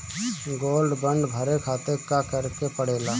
Gold bond भरे खातिर का करेके पड़ेला?